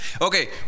Okay